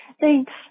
Thanks